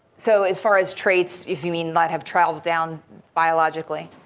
so as far as traits if you mean that have traveled down biologically.